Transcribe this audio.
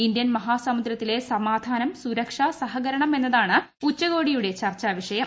Indian മുഹാസമുദ്രത്തിലെ സമാധാനം സുരക്ഷ സഹകരണം എന്നതാണ് ഉച്ചകോടിയുടെ ചർച്ചാ വിഷയം